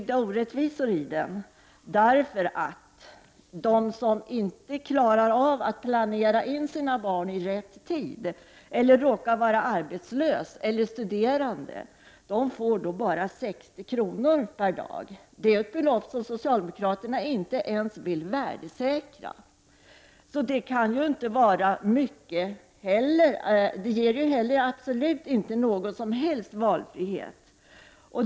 De som inte klarar av att planera in sina barn i rätt tid eller råkar vara arbetslösa eller studerande får bara 60 kr. per dag. Det är ett belopp som socialdemokraterna inte ens vill värdesäkra. Det ger absolut inte någon som helst valfrihet.